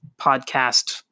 podcast